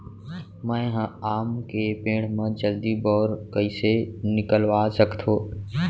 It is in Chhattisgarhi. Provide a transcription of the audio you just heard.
मैं ह आम के पेड़ मा जलदी बौर कइसे निकलवा सकथो?